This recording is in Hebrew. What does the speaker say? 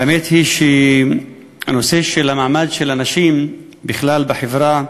האמת היא שהנושא של המעמד של הנשים בכלל בחברה האנושית,